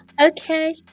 okay